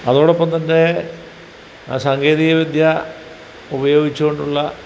അതോടൊപ്പം തന്നെ ആ സാങ്കേതിക വിദ്യ ഉപയോഗിച്ചുകൊണ്ടുള്ള